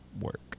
work